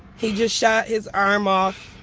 he just shot his arm off.